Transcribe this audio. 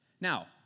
Now